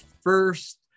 first